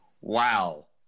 Wow